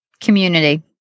Community